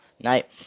night